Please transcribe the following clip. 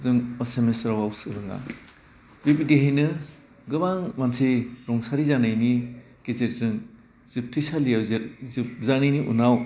जों एसामिस रावाव सोलोङा बेबायदिहायनो गोबां मानसि रुंसारि जानायनि गेजेरजों जोबथेसालियाव जोब जोबजानायनि उनाव